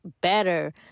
better